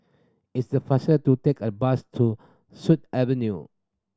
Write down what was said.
it's the faster to take a bus to Sut Avenue